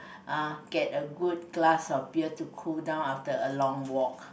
uh get a good glass of beer to cool down after a long walk